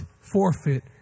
forfeit